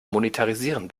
monetarisieren